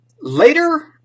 Later